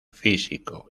físico